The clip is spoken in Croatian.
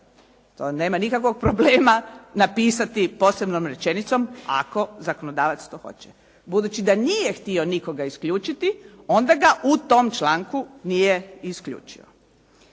To nema nikakvog problema napisati posebnom rečenicom, ako zakonodavac to hoće. Budući da nije htio nikoga isključiti, onda ga u tom članku nije isključio.